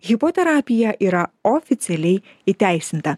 hipoterapija yra oficialiai įteisinta